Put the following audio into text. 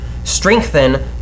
Strengthen